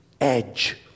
edge